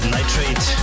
Nitrate